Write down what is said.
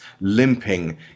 limping